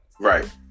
Right